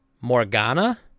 Morgana